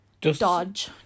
dodge